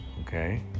okay